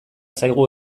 zaigu